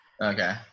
okay